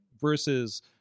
versus